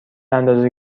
اندازه